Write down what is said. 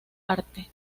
arte